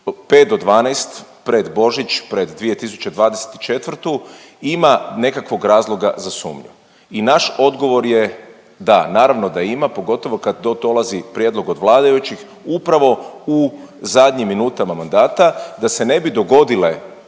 5 do 12, pred Božić, pred 2024., ima nekakvog razloga za sumnju i naš odgovor je da, naravno da ima, pogotovo kad dolazi prijedlog od vladajućih upravo u zadnjim minutama mandata da se ne bi dogodile,